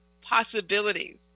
Possibilities